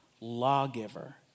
lawgiver